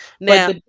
now